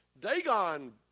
Dagon